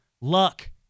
Luck